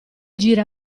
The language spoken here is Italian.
gira